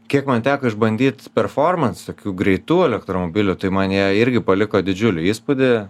kiek man teko išbandyt performansų tokių greitų elektromobilių tai man jie irgi paliko didžiulį įspūdį